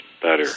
better